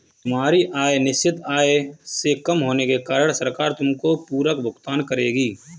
तुम्हारी आय निश्चित आय से कम होने के कारण सरकार तुमको पूरक भुगतान करेगी